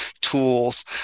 tools